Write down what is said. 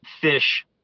fish